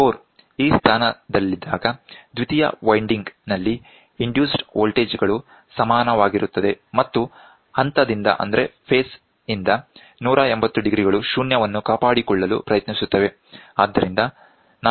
core ಈ ಸ್ಥಾನದಲ್ಲಿದ್ದಾಗ ದ್ವಿತೀಯ ವೈಂಡಿಂಗ್ ನಲ್ಲಿ ಇಂಡ್ಯೂಸ್ಡ್ ವೋಲ್ಟೇಜ್ ಗಳು ಸಮಾನವಾಗಿರುತ್ತದೆ ಮತ್ತು ಹಂತದಿಂದ 180 ಡಿಗ್ರಿಗಳು ಶೂನ್ಯವನ್ನು ಕಾಪಾಡಿಕೊಳ್ಳಲು ಪ್ರಯತ್ನಿಸುತ್ತವೆ